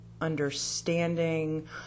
understanding